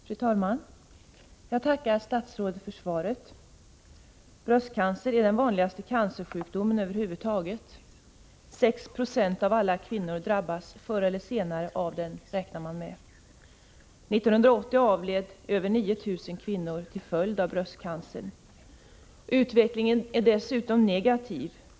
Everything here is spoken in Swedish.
Fru talman! Jag tackar statsrådet för svaret. Bröstcancer är den vanligaste cancersjukdomen över huvud taget. 6 90 av alla kvinnor drabbas förr eller senare av den, enligt beräkningarna. 1980 avled över 9 000 kvinnor till följd av bröstcancer. Utvecklingen är dessutom negativ.